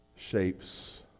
Shapes